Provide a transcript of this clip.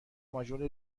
ماژول